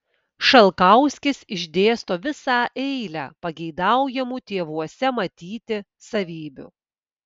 šalkauskis išdėsto visą eilę pageidaujamų tėvuose matyti savybių